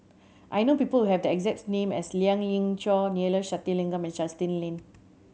I know people have the exact name as Lien Ying Chow Neila Sathyalingam and Justin Lean